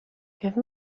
give